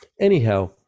Anyhow